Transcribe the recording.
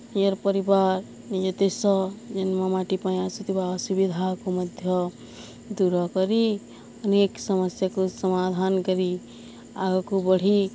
ନିଜ ପରିବାର ନିଜ ଦେଶ ସହ ଜନ୍ମ ମାଟି ପାଇଁ ଆସୁଥିବା ଅସୁବିଧାକୁ ମଧ୍ୟ ଦୂର କରି ଅନେକ ସମସ୍ୟାକୁ ସମାଧାନ କରି ଆଗକୁ ବଢ଼ି